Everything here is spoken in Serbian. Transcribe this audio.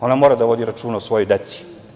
Ona mora da vodi računa o svojoj deci.